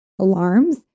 alarms